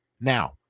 now